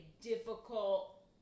difficult